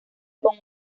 con